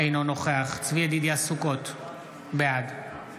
אינו נוכח צבי ידידיה סוכות, בעד